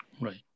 Right